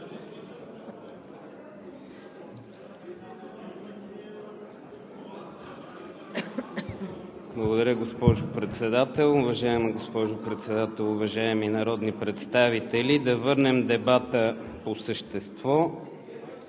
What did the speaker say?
Благодаря, госпожо Председател. Уважаема госпожо Председател, уважаеми народни представители, нека да върнем дебата по същество.